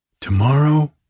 Tomorrow